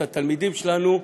את התלמידים שלנו,